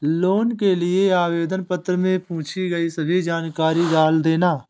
loan के लिए आवेदन पत्र में पूछी गई सभी जानकारी डाल देना